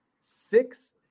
six